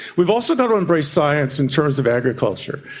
we've also got to embrace science in terms of agriculture.